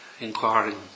inquiring